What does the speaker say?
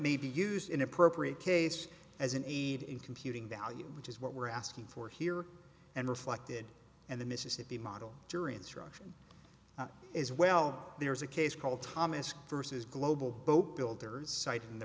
may be used in appropriate case as an aid in computing value which is what we're asking for here and reflected and the mississippi model jury instruction as well there is a case called thomas vs global boat builders cited in the